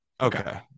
Okay